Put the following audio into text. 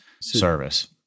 service